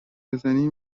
بزنی